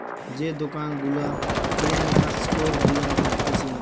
যে দোকান গুলা কিরানা স্টোর গুলা থাকতিছে